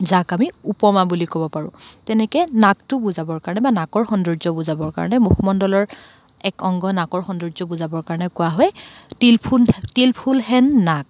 যাক আমি উপমা বুলি ক'ব পাৰোঁ তেনেকৈ নাকটো বুজাবৰ কাৰণে বা নাকৰ সৌন্দৰ্য্য বুজাবৰ কাৰণে মুখমণ্ডলৰ এক অংগ নাকৰ সৌন্দৰ্য্য বুজাবৰ কাৰণে কোৱা হয় তিল ফুল তিল ফুলহেন নাক